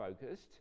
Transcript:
focused